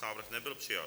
Návrh nebyl přijat.